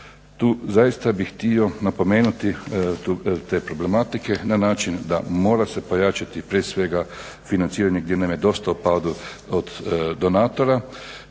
Tu zaista bih htio napomenuti te problematike na način da mora se pojačati prije svega financiranje gdje nam je dosta u padu od donatora